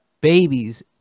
babies